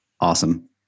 Awesome